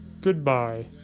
Goodbye